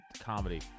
comedy